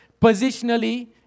positionally